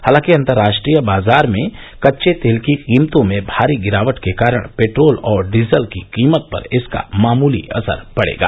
हालांकि अंतर्राष्ट्रीय बाजार में कच्चे तेल की कीमतों में भारी गिरावट के कारण पेट्रोल और डीजल की कीमत पर इसका मामूली असर पड़ेगा